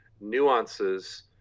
nuances